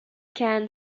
kahn